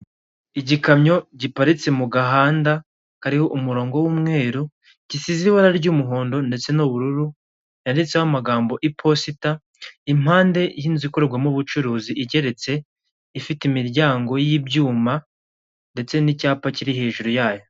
Igikamyo giparitse mu gahanda kariho umurongo w'umweru gisize ibara ry'umuhondo ndetse n'ubururu yanditseho amagambo iposita, impande y'iinzu ikorerwamo ubucuruzi igeretse, ifite imiryango y'ibyuma ndetse n'icyapa kiri hejuru yayo.